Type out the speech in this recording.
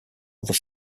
other